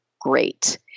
great